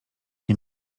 nie